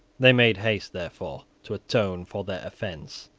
they made haste, therefore, to atone for their offence.